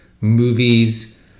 movies